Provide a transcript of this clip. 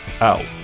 out